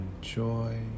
joy